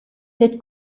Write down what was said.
cette